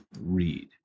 read